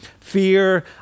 fear